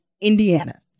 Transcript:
Indiana